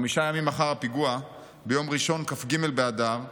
חמישה ימים לאחר הפיגוע, ביום ראשון כ"ג באדר,